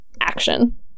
action